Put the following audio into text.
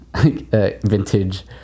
vintage